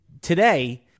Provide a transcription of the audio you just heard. today